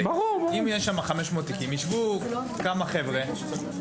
שם 500 תיקים, ישבו כמה חבר'ה.